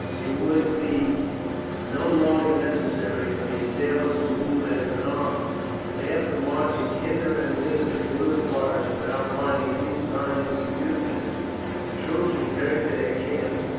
it would be no longer necessary for the assailants to move as an army but after marching hither and thither through the forests without finding any signs of the fugitives the troops returned to their camps,